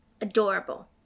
Adorable